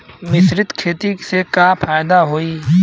मिश्रित खेती से का फायदा होई?